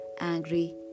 angry